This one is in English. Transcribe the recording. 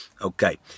okay